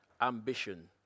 ambition